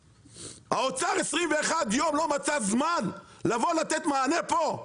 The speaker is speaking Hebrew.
האוצר 21 יום לא מצא זמן לבוא לתת מענה פה,